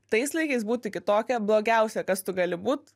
tais laikais būti kitokia blogiausia kas tu gali būt